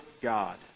God